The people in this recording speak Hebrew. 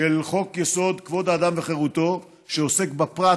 של חוק-יסוד: כבוד האדם וחירותו, שעוסק בפרט